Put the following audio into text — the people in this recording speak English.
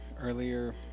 earlier